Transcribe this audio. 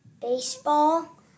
baseball